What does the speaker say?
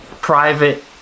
private